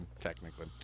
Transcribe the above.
technically